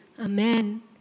Amen